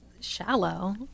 Shallow